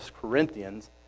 Corinthians